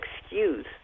excuse